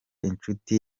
inshuti